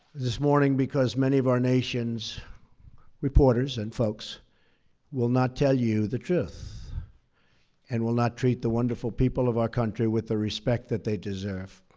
this morning, because many of our nation's reporters and folks will not tell you the truth and will not treat the wonderful people of our country with the respect that they deserve.